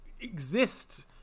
Exist